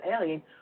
alien